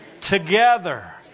together